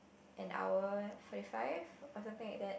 and our forty five or something like that